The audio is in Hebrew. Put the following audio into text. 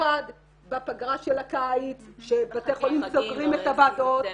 במיוחד בפגרה של הקיץ שבתי חולים סוגרים את הוועדות,